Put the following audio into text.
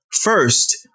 First